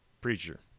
preacher